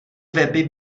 weby